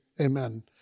Amen